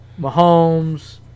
Mahomes